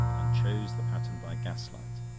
and chose the pattern by gaslight,